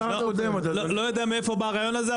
אני לא יודע מאיפה בא הרעיון הזה,